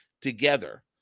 together